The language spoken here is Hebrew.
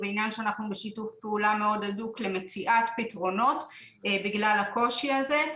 אנחנו בשיתוף פעולה מאוד הדוק למציאת פתרונות בגלל הקושי הזה.